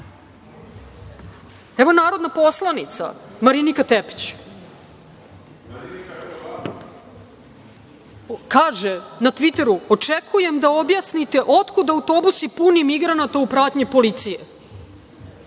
narodna poslanica Marinika Tepić kaže na tviteru: „Očekujem da objasnite otkuda autobusi puni migranata u pratnji policije.